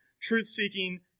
Truth-seeking